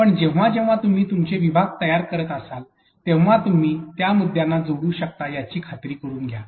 पण जेव्हा जेव्हा तुम्ही तुमचे विभाग तयार करत असाल तेव्हा तुम्ही त्या मुद्यांना जोडू शकता याची खात्री करून घ्या